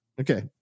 Okay